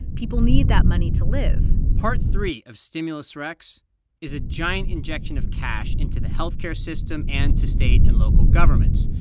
people need that money to live part three of stimulus rex is a giant injection of cash into the health care system and to state and local governments.